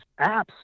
apps